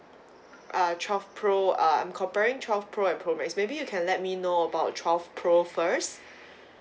uh twelve pro I'm comparing twelve pro and pro max maybe you can let me know about twelve pro first